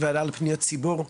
ועדה לפניות הציבור,